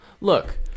Look